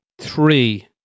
Three